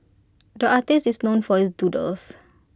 the artist is known for his doodles